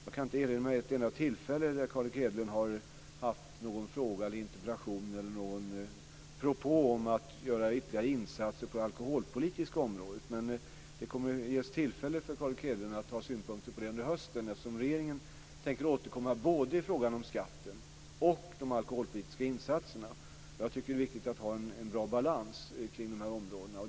Jag kan inte erinra mig att Carl Erik Hedlund vid ett enda tillfälle har haft någon fråga, interpellation eller propå om att göra ytterligare insatser på det alkoholpolitiska området. Det kommer att ges tillfälle för Carl Erik Hedlund att ha synpunkter under hösten, eftersom regeringen tänker återkomma i fråga om både skatten och de alkoholpolitiska insatserna. Det är viktigt att ha en bra balans kring dessa områden.